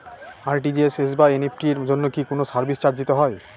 RTGS বা NEFT এর জন্য কি কোনো সার্ভিস চার্জ দিতে হয়?